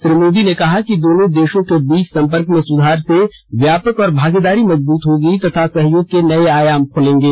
श्री मोदी ने कहा कि दोनों देशों के बीच संपर्के में सुधार से व्यापार और भागीदारी मजबूत होगी तथा सहयोग के नये आयाम खुलेंगे